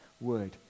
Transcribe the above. word